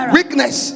Weakness